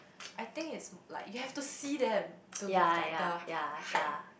I think it's like you have to see them to have like the hype